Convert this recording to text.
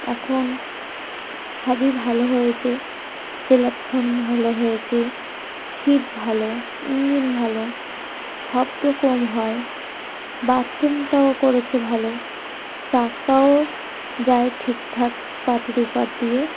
এখন সবই ভালো হয়েছে প্ল্যাটফর্ম ভালো হয়েছে সিট ভালো ইঞ্জিন ভালো শব্দ কম হয় বাথরুমটাও করেছে ভালো চাকাও যায় ঠিকঠাক পাটির উপর দিয়ে